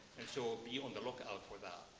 and so ah be on the lookout for that.